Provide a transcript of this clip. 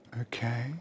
Okay